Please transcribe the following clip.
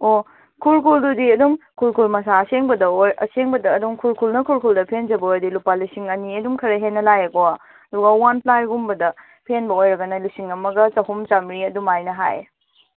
ꯑꯣ ꯈꯨꯔꯈꯨꯜꯗꯨꯗꯤ ꯑꯗꯨꯝ ꯈꯨꯔꯈꯨꯜ ꯃꯆꯥ ꯑꯁꯦꯡꯕꯗ ꯑꯁꯦꯡꯕꯗ ꯑꯗꯨꯝ ꯈꯨꯔꯈꯨꯜꯅ ꯈꯨꯔꯈꯨꯜꯗ ꯐꯦꯟꯖꯕ ꯑꯣꯏꯔꯗꯤ ꯂꯨꯄꯥ ꯂꯤꯁꯤꯡ ꯑꯅꯤ ꯑꯗꯨꯝ ꯈꯔ ꯍꯦꯟꯅ ꯂꯥꯛꯑꯦꯀꯣ ꯑꯗꯨꯒ ꯋꯥꯟ ꯄꯥꯜꯒꯨꯝꯕꯗ ꯐꯦꯟꯕ ꯑꯣꯏꯔꯒꯅ ꯂꯤꯁꯤꯡ ꯑꯃꯒ ꯆꯍꯨꯝ ꯆꯥꯝꯃꯔꯤ ꯑꯗꯨꯝ ꯍꯥꯏꯅ ꯍꯥꯏ